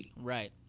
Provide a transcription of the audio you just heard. Right